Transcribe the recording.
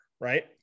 Right